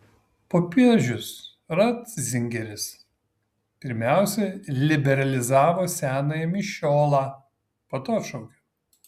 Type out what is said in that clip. popiežius ratzingeris pirmiausia liberalizavo senąjį mišiolą po to atšaukė